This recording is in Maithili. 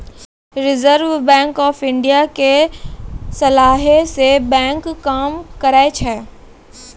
रिजर्व बैंक आफ इन्डिया के सलाहे से बैंक काम करै छै